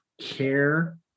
care